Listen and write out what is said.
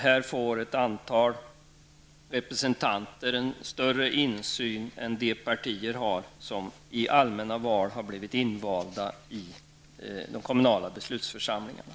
Här får ett antal representanter en större insyn än de partier har som i allmänna val har blivit invalda i de kommunala beslutsförsamlingarna.